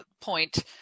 point